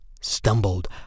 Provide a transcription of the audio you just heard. stumbled